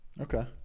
Okay